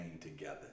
together